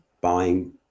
buying